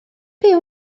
byw